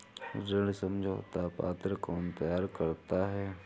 ऋण समझौता पत्र कौन तैयार करता है?